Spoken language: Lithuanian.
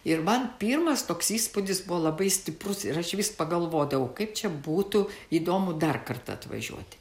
ir man pirmas toks įspūdis buvo labai stiprus ir aš vis pagalvodavau kaip čia būtų įdomu dar kartą atvažiuoti